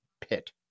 pit